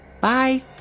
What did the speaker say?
bye